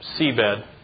seabed